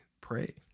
pray